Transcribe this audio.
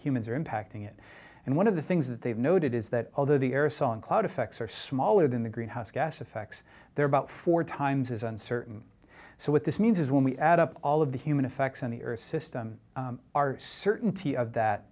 humans are impacting it and one of the things that they've noted is that although the earth's on cloud effects are smaller than the greenhouse gas affects there about four times as uncertain so what this means is when we add up all of the human effects on the earth system our certainty of that